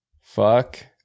Fuck